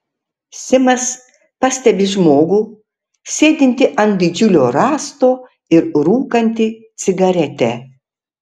simas pastebi žmogų sėdintį ant didžiulio rąsto ir rūkantį cigaretę